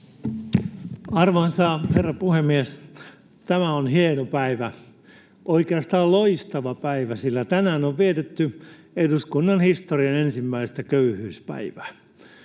Arvoisa herra puhemies! Tämä on hieno päivä — oikeastaan loistava päivä, sillä tänään on vietetty eduskunnan historian ensimmäistä köyhyyspäivää.